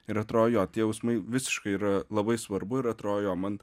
ir atrodo jo tie jausmai visiškai yra labai svarbu ir atrodo jo man